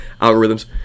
algorithms